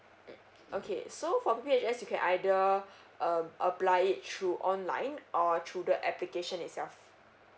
mm okay so for P_P_H_S you can either um apply it through online or through the application itself